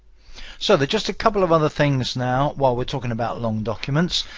so there's just a couple of other things now while we're talking about long documents.